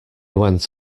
went